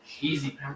Easy